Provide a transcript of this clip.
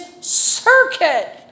circuit